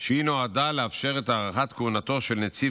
שנועדה לאפשר את הארכת כהונתו של נציב